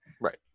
Right